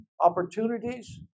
opportunities